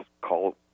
call